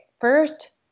First